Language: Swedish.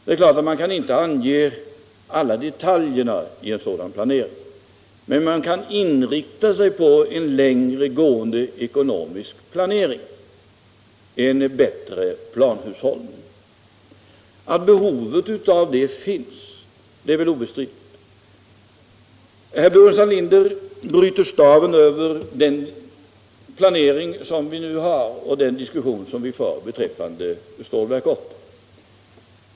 Det är klart att man kan inte ange alla detaljerna i en sådan planering, men man kan inrikta sig på en längre gående planering — en bättre planhushållning. Att ett sådant behov finns är väl obestridligt. Herr Burenstam Linder bryter staven över den planering som vi nu har och den diskussion som vi nu för beträffande Stålverk 80.